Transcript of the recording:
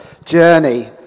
journey